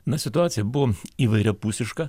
na situacija buvo įvairiapusiška